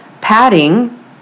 padding